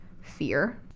fear